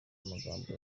amagambo